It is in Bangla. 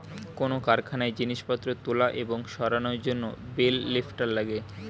কোন কারখানায় জিনিসপত্র তোলা এবং সরানোর জন্যে বেল লিফ্টার লাগে